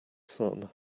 sun